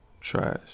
Trash